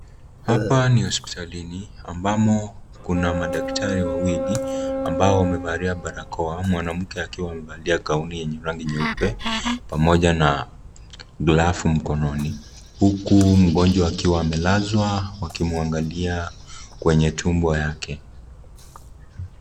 Hapa ni hospitalini ambamo kuna madaktari wawili ambao wamevalia barakoa mwanamke akiwa amevalia gauni ya rangi nyeupe pamoja na gauni ya rangi nyeupe pamoja glovu mkononi huku mgonjwa akiwa amelazwa wakimwangalia kweye tumbo yake.